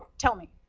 tell me.